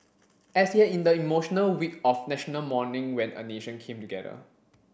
as he had in the emotional week of National Mourning when a nation came together